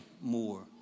more